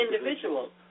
individuals